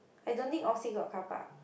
I don't think oxley got carpark